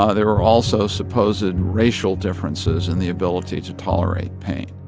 ah there were also supposed racial differences in the ability to tolerate pain